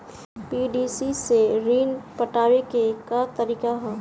PDC से ऋण पटावे के का तरीका ह?